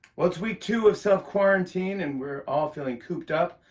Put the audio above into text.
well, it's week two of self-quarantine, and we're all feeling cooped up.